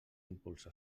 impulsa